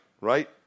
Right